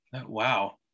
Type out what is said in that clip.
wow